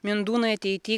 mindūnai ateity